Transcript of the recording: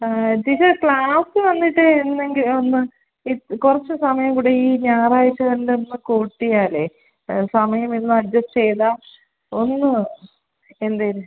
ആ teacher class വന്നിട്ട് എന്തെങ്ക് ഒന്ന് ഈ കുറച്ച് സമയം കൂടി ഈ ഞായറാഴ്ച കണ്ടൊന്ന് കൂട്ടിയാലെ സമയം എന്നും അഡ്ജസ്റ്റ് ചെയ്താൽ ഒന്നു എന്തേലും